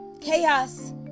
chaos